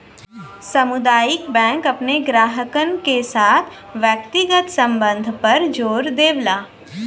सामुदायिक बैंक अपने ग्राहकन के साथ व्यक्तिगत संबध पर जोर देवला